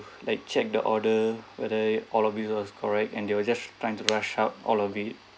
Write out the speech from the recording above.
like check the order whether all of it are correct and they will just trying to rush out all of it